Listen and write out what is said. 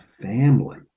family